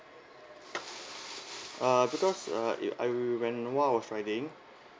uh because uh it I remember when all are riding